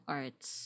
arts